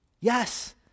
Yes